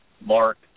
Mark